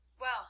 Well